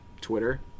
Twitter